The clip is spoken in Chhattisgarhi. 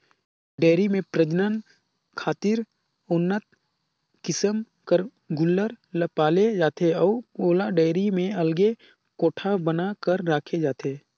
डेयरी में प्रजनन खातिर उन्नत किसम कर गोल्लर ल पाले जाथे अउ ओला डेयरी में अलगे कोठा बना कर राखे जाथे